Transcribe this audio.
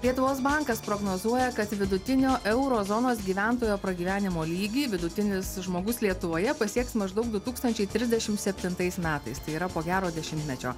lietuvos bankas prognozuoja kad vidutinio euro zonos gyventojo pragyvenimo lygį vidutinis žmogus lietuvoje pasieks maždaug du tūkstančiai trisdešim septintais metais tai yra po gero dešimtmečio